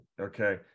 Okay